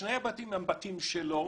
שני הבתים הם בתים שלו,